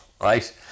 Right